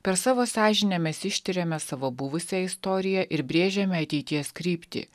per savo sąžinę mes ištiriame savo buvusią istoriją ir brėžiame ateities kryptį